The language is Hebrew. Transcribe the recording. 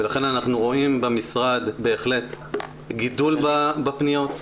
ולכן אנחנו רואים במשרד בהחלט גידול בפניות,